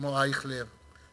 כמו אייכלר,